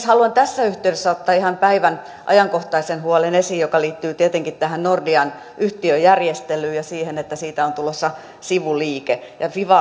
haluan tässä yhteydessä ottaa esiin ihan ajankohtaisen huolen joka liittyy tietenkin tähän nordean yhtiöjärjestelyyn ja siihen että siitä on tulossa sivuliike